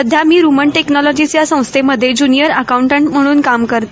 सध्या मी रुमन टेकनॉलॉजीच्या संस्थेमध्ये जुनिअर अकाऊटट म्हणून काम करते